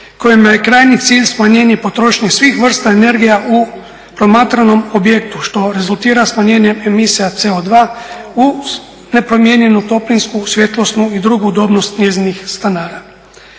kojima je krajnji cilj smanjenje potrošnje svih vrsta energija u promatranom objektu što rezultira smanjenjem emisija CO2 u nepromijenjenu toplinsku, svjetlosnu i drugu udobnost njezinih stanara.